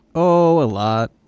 oh, a lot.